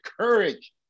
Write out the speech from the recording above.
courage